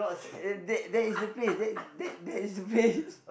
that that is a place that that is a place